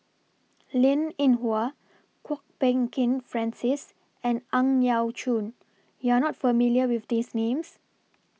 Linn in Hua Kwok Peng Kin Francis and Ang Yau Choon YOU Are not familiar with These Names